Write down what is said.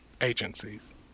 Agencies